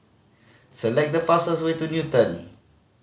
select the fastest way to Newton